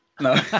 No